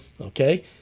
okay